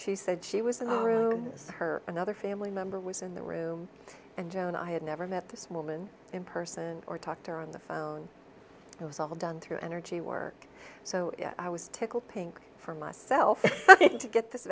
she said she was in her room her another family member was in the room and joan i had never met this woman in person or talked to her on the phone it was all done through energy work so i was tickled pink for myself to get this